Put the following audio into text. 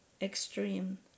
extreme